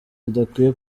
bidakwiye